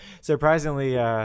Surprisingly